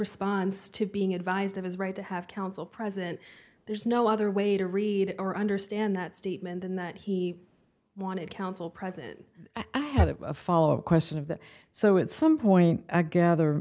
response to being advised of his right to have counsel present there's no other way to read or understand that statement than that he wanted counsel present ahead of a follow up question of that so it's some point i gather